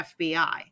FBI